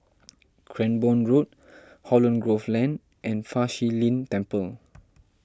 Cranborne Road Holland Grove Lane and Fa Shi Lin Temple